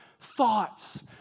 thoughts